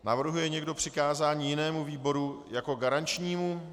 Navrhuje někdo přikázání jinému výboru jako garančnímu?